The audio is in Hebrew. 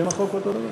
שם החוק אותו דבר.